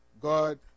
God